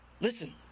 listen